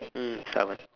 mm stubborn